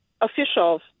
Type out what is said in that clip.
officials